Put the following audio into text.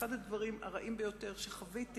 אחד הדברים הרעים ביותר שחוויתי